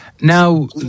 Now